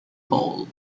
whole